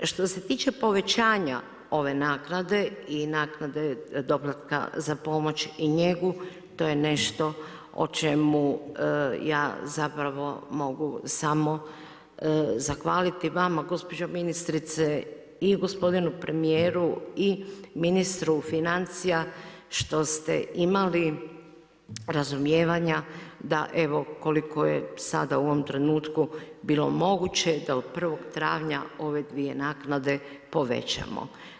Što se tiče povećanja ove naknade i naknade doplatka za pomoć i njegu to je nešto o čemu ja zapravo mogu samo zahvaliti vama gospođo ministrice i gospodinu premijeru i ministru financija što ste imali razumijevanja, da evo koliko je sada u ovom trenutku bilo moguće da od 1. travnja ove dvije naknade povećamo.